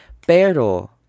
Pero